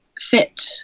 fit